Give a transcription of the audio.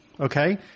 okay